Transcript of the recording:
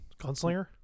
Gunslinger